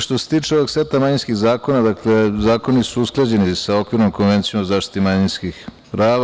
Što se tiče ovog seta manjinskih zakona, dakle zakoni su usklađeni sa okvirnom Konvencijom o zaštiti manjinskih prava.